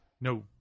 No